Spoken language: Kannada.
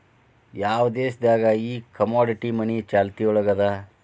ಯಾವ್ ದೇಶ್ ದಾಗ್ ಈ ಕಮೊಡಿಟಿ ಮನಿ ಚಾಲ್ತಿಯೊಳಗದ?